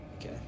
Okay